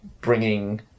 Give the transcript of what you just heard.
bringing